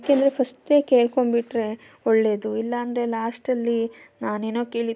ಏಕೆಂದರೆ ಫಸ್ಟೇ ಕೇಳ್ಕೊಂಡು ಬಿಟ್ಟರೆ ಒಳ್ಳೆಯದು ಇಲ್ಲ ಅಂದರೆ ಲಾಸ್ಟಲ್ಲಿ ನಾನೇನೊ ಕೇಳಿದ್ದು